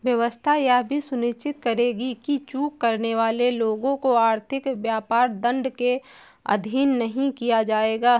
व्यवस्था यह भी सुनिश्चित करेगी कि चूक करने वाले लोगों को आर्थिक अपराध दंड के अधीन नहीं किया जाएगा